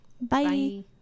Bye